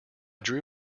drew